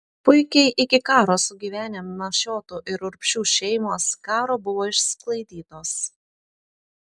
puikiai iki karo sugyvenę mašiotų ir urbšių šeimos karo buvo išsklaidytos